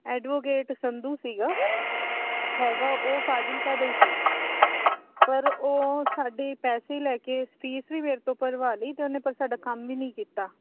advocate Sandhu ਸੀਗਾ ਹੈਗਾ ਉਹ ਫਾਜ਼ਿਲਕਾ ਦਾ ਹੀ ਸੀ ਪਰ ਉਹ ਸਾਡੇ ਪੈਸੇ ਲੈ ਕੇ ਫੀਸ ਵੀ ਮੇਰੇ ਤੋਂ ਭਰਵਾ ਲਈ ਅਤੇ ਉਹਨੇ ਪਰ ਸਾਡਾ ਕੰਮ ਵੀ ਨਹੀਂ ਕੀਤਾ